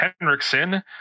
Henriksen